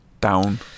down